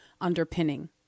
underpinning